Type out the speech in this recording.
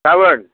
गाबोन